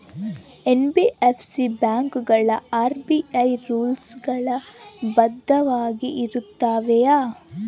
NBFC ಬ್ಯಾಂಕುಗಳು RBI rules ಗಳು ಬದ್ಧವಾಗಿ ಇರುತ್ತವೆಯ?